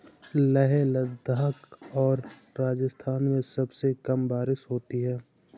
लेह लद्दाख और राजस्थान में सबसे कम बारिश होती है